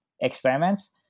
experiments